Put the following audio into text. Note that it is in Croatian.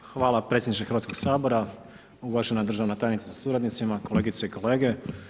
Hvala predsjedniče Hrvatskog sabora, uvažena državna tajnice sa suradnicima, kolegice i kolege.